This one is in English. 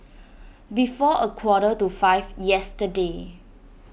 before a quarter to five yesterday